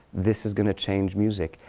this is going to change music.